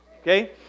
okay